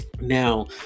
Now